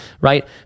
Right